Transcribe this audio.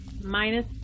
Minus